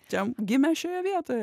čia gimė šioje vietoje